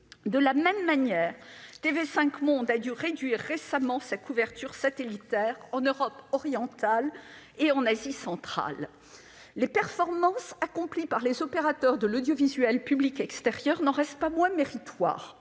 De la même manière, TV5 Monde a dû réduire récemment sa couverture satellitaire en Europe orientale et en Asie centrale. Les performances accomplies par les opérateurs de l'audiovisuel public extérieur n'en restent pas moins méritoires.